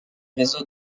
réseau